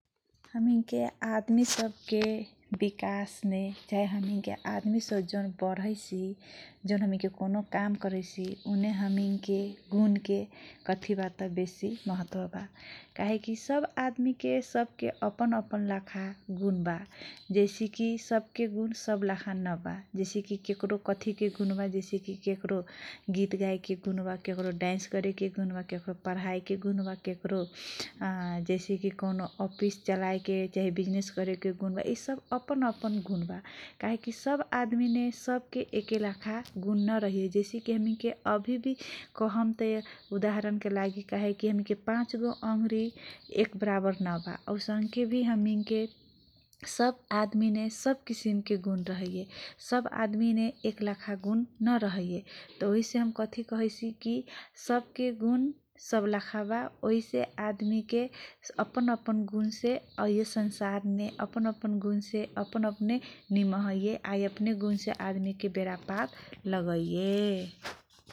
हमिनके आदमी सबके विकास मे जो जौन आदमी सब रहैसी, कौनो हमिनके काम करैसी, उने हमिनके गुणके कथी बा तँ, बेसी महत्व बा । काहे कि सब आदमी मे अपन अपन लखा गुण बा । जैसे कि सब के गुण सब लखा नबा । जैसे कि केकरो कथी के गुण बा, केकरो गीत गाएके गुण बा । केकरो, डान्स करेके गुण बा । केकरो पढाइके गुण बा । केकरो जैसे कि कौनो अफिस चलाएके चाहे, विजिनेस करेके गुण बा । यि सब अपन अपन गुण बा । काहेकि सब आदमी, सबके एकलाखा गुण नरहैये । जैसे कि हमिनके अभी भी कहम तँ, उदाहरण के लागि, पाँचगो अंगुरी एक बराबर नबा औसनके भि हमिनके सब आदमीमे सब किसिमके गुण रहैये । सब आदमीमे एक लखा गुण नरहैये । यिहेसे हम कथी कहैसी कि सब गुण सकेलखा बा । वहीँसे आदमी के अपन अपन गुणसे इ संसारमे अपन अपन गुणसे निभैये । अपन अपन गुणसे आदमीके व्यवहार लगैये ।